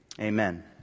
amen